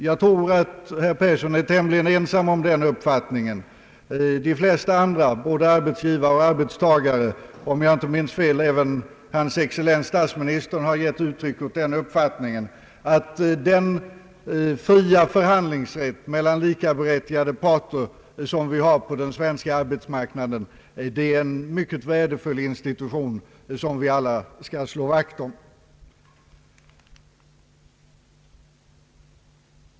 Jag tror att herr Persson är tämligen ensam om den uppfattningen. De flesta andra, både arbetsgivare och arbetstagare och om jag inte minns fel även hans excellens herr statsministern, har gett uttryck åt den uppfattningen, att den fria förhandlingsrätt mellan likaberättigade parter, som finns på den svenska arbetsmarknaden, är en mycket värdefull institution som vi alla bör slå vakt om.